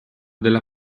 della